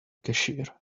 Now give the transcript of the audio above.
cashier